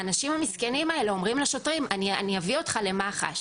האנשים המסכנים האלה אומרים לשוטרים: אני אביא אותך למח"ש.